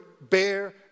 bear